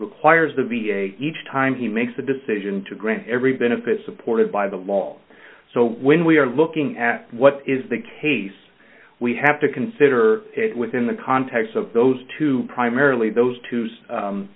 requires the v a each time he makes a decision to grant every benefit supported by the law so when we are looking at what is the case we have to consider it within the context of those two primarily those two